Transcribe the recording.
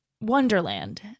wonderland